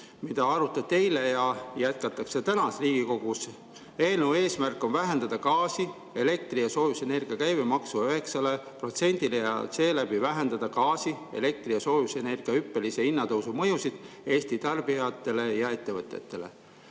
mida arutati eile ja seda jätkatakse täna siin Riigikogus. Eelnõu eesmärk on vähendada gaasi, elektri ja soojusenergia käibemaks 9%-le ja seeläbi vähendada gaasi, elektri ja soojusenergia hinna hüppelise tõusu mõjusid Eesti tarbijatele ja ettevõtetele.